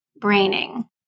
Braining